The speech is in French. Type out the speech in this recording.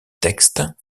texte